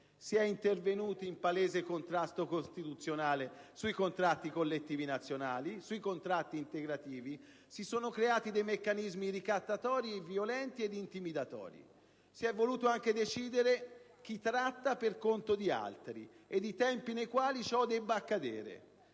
Si è intervenuti in palese contrasto costituzionale sui contratti collettivi nazionali e sui contratti integrativi; si sono creati dei meccanismi ricattatori, violenti e intimidatori. Si è voluto anche decidere chi tratta per conto di altri ed i tempi nei quali ciò debba accadere,